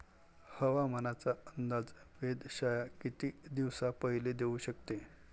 हवामानाचा अंदाज वेधशाळा किती दिवसा पयले देऊ शकते?